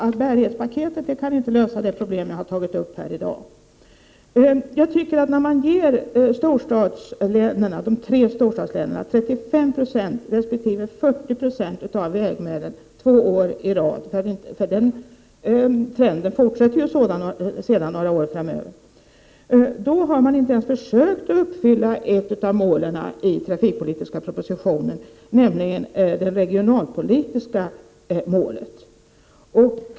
Så bärighetspaketet kan inte lösa de problem jag har tagit upp här i dag. Jag tycker att när man ger de tre storstadslänen 35 96 resp. 40 I av vägmedlen två år i rad — trenden fortsätter ju några år framöver — har man inte ens försökt uppnå ett av de mål som angavs i den trafikpolitiska propositionen, nämligen det regionalpolitiska målet.